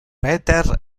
peter